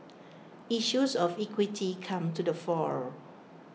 issues of equity come to the fore